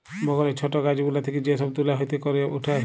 বগলে ছট গাছ গুলা থেক্যে যে সব তুলা হাতে ক্যরে উঠায়